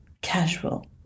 casual